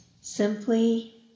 Simply